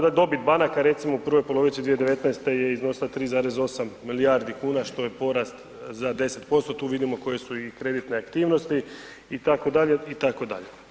Dobit banaka recimo u prvoj polovici 2019. je iznosila 3,8 milijardi kuna što je porast za 10%, tu vidimo koje su i kreditne aktivnosti itd., itd.